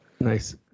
nice